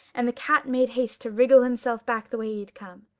and the cat made haste to wriggle himself back the way he had come.